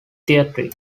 theatre